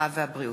הרווחה והבריאות.